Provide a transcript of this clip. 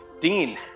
Dean